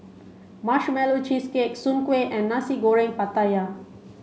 marshmallow cheesecake Soon Kueh and Nasi Goreng Pattaya